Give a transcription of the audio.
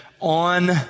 on